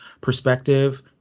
perspective